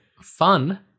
fun